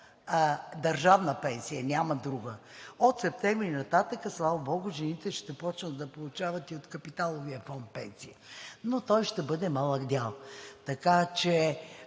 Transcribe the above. държавна пенсия, нямат друга, от септември нататък, слава богу, жените ще започнат да получават и пенсии от капиталовия фонд, но той ще бъде малък дял. Така че